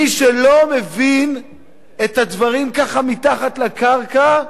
מי שלא מבין את הדברים מתחת לקרקע,